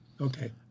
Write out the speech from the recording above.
Okay